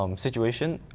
um situation.